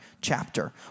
chapter